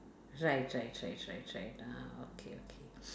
right right right right right ah okay okay